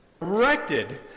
erected